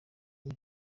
iyi